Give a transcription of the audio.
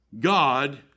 God